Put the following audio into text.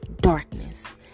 darkness